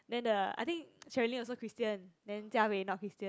then the I think Sherilyn also Christian then jia wei not Christian